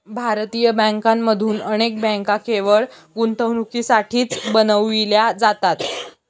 भारतीय बँकांमधून अनेक बँका केवळ गुंतवणुकीसाठीच बनविल्या जातात